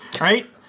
right